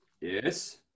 yes